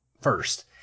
first